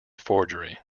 forgery